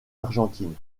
argentine